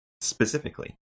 specifically